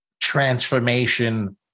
transformation